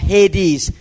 Hades